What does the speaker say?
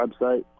website